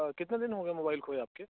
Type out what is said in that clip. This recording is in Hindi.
कितने दिन हो गए मोबाईल खोए आपके